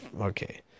Okay